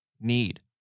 need